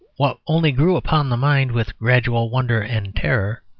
what only grew upon the mind with gradual wonder and terror,